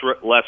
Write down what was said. less